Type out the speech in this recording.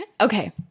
Okay